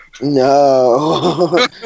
No